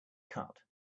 cut